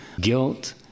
guilt